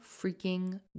freaking